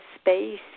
space